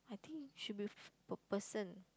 I think should be per person